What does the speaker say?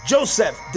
Joseph